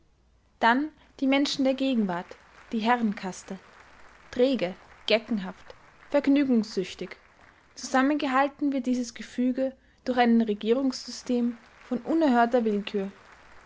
dann die menschen der gegenwart die herrenkaste träge geckenhaft vergnügungssüchtig zusammengehalten wird dieses gefüge durch ein regierungssystem von unerhörter willkür